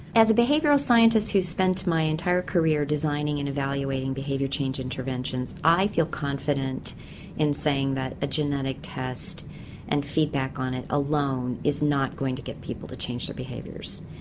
as a behavioural scientist who's spent my entire career designing and evaluating behaviour change interventions i feel confident in saying that a genetic test and feedback on it alone is not going to get people to change their behaviours.